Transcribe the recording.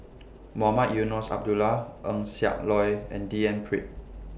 Mohamed Eunos Abdullah Eng Siak Loy and D N Pritt